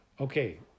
Okay